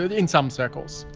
ah in some circles,